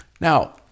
Now